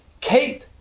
Kate